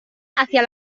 hacia